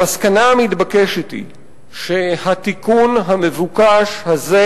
המסקנה המתבקשת היא שהתיקון המבוקש הזה,